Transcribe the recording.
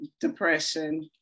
depression